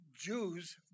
Jews